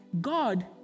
God